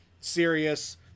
serious